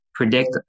Predict